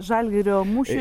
žalgirio mūšiui